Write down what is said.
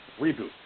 reboot